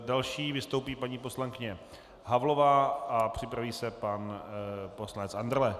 Další vystoupí paní poslankyně Havlová a připraví se pan poslanec Andrle.